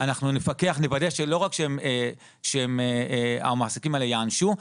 אנחנו נפקח ונוודא שלא רק שהמעסיקים האלה ייענשו,